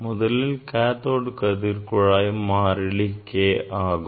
முதலில் காத்தோடு கதிர் குழாய் மாறிலி K ஆகும்